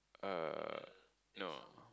uh no